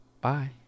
bye